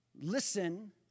listen